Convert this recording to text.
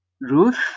Ruth